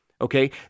Okay